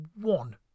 one